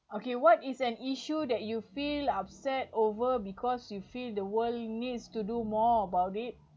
okay what is an issue that you feel upset over because you feel the world needs to do more about it